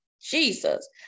Jesus